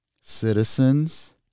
citizens